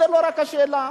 לא רק זאת השאלה.